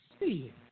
See